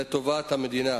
לטובת המדינה.